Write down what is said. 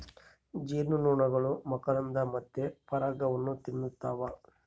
ಜೇನುನೊಣಗಳು ಮಕರಂದ ಮತ್ತೆ ಪರಾಗವನ್ನ ತಿನ್ನುತ್ತವ